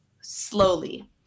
slowly